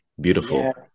Beautiful